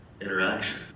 interaction